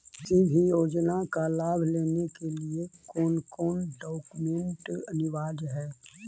किसी भी योजना का लाभ लेने के लिए कोन कोन डॉक्यूमेंट अनिवार्य है?